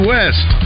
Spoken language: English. West